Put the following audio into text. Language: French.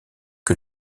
que